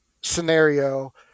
scenario